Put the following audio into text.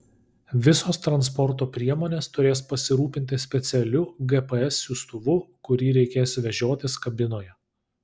visos transporto priemonės turės pasirūpinti specialiu gps siųstuvu kurį reikės vežiotis kabinoje